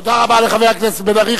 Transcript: תודה רבה לחבר הכנסת בן-ארי.